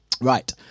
Right